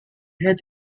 head